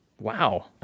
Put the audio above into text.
wow